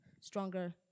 stronger